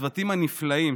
הצוותים הנפלאים,